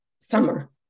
summer